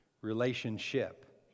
Relationship